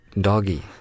doggy